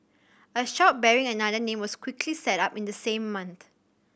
a shop bearing another name was quickly set up in the same month